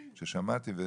ששמעתי,